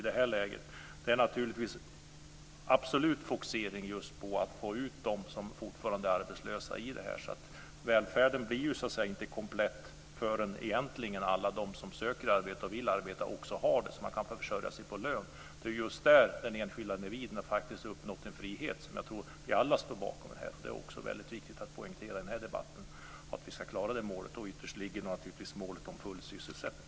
Det är naturligtvis absolut fokusering just på att få ut dem som fortfarande är arbetslösa. Välfärden blir ju så att säga inte komplett förrän alla de som söker arbete och vill arbeta också har arbete, så att de kan försörja sig på sin lön. Det är just där den enskilda individen faktiskt har uppnått en frihet som jag tror att vi alla står bakom här. Det är viktigt att poängtera i den här debatten att vi ska nå det målet. Ytterst ligger naturligtvis målet om full sysselsättning.